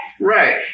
Right